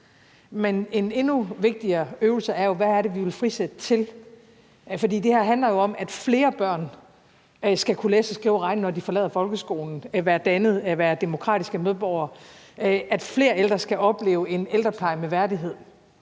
men en endnu vigtigere øvelse er jo, hvad det er, vi vil frisætte til. For det her handler jo om, at flere børn skal kunne læse, skrive og regne, når de forlader folkeskolen, være dannede og være demokratiske medborgere, at flere ældre skal opleve en ældrepleje med værdighed